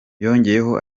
yongeyeho